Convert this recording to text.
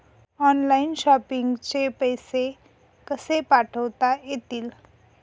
Online shopping चे पैसे कसे पाठवता येतील?